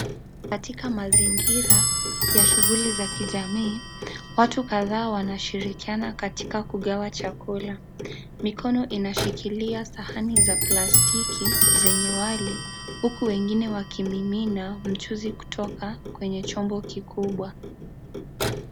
Katika mazingira ya shughuli za kijamii, watu kadhaa wanashirikiana katika kugawa chakula mikono inashikilia sahani za plastiki zenye wali huku wengine wakimimina mchuzi kutoka kwenye chombo kikubwa.